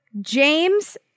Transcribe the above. James